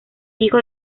hijo